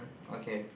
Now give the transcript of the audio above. okay